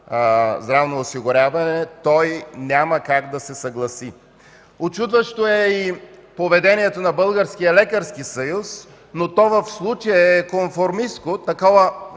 здравното осигуряване той няма как да се съгласи. Учудващо е поведението и на Българския лекарски съюз, но в случая то е конформистко. Такова